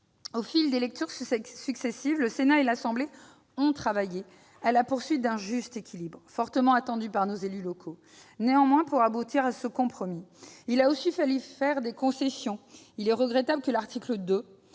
Au fil des lectures, le Sénat et l'Assemblée nationale ont travaillé à la poursuite d'un juste équilibre, fortement attendu par les élus locaux. Néanmoins, pour aboutir à ce compromis, il a fallu faire des concessions : il est regrettable que l'article 2